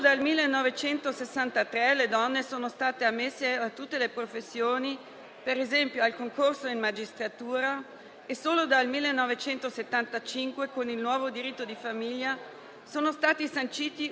Solo nel 2019, 37.000 donne hanno lasciato il loro lavoro dopo la nascita di un primo figlio. Per non dire del numero ridotto di donne che ricoprono ruoli dirigenziali